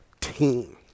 team